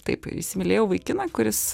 taip įsimylėjau vaikiną kuris